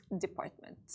Department